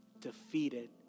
defeated